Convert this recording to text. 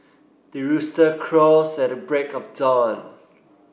the rooster crows at the break of dawn